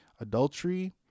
adultery